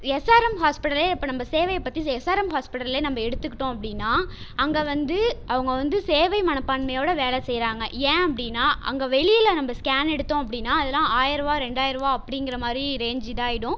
SRM ஹாஸ்பிட்டலே இப்போ நம்ம சேவையை பற்றி எஸ்ஆர்எம் ஹாஸ்பிட்டல்லே நம்ம எடுத்துக்கிட்டோம் அப்படின்னா அங்கே வந்து அவங்க வந்து சேவை மனப்பான்மையோட வேலை செய்கிறாங்க ஏன் அப்படின்னா அங்க வெளியில் நம்ம ஸ்கேன் எடுத்தோம் அப்படின்னா அதெலாம் ஆயிரூவா ரெண்டாயரூபா அப்படிங்கிற மாதிரி ரேஞ்ச் இதாகிடும்